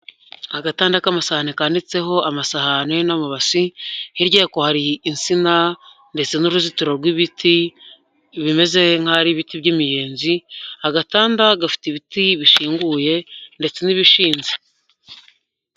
Agatanda k'amasahane kanitseho amasahani n'amabasi, hirya yako hari insina ndetse n'uruzitiro rw'ibiti bimeze nk'aho ari ibiti by'imiyenzi, agatanda gafite ibiti bishinguye ndetse n'ibishinze.